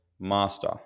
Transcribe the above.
master